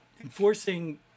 enforcing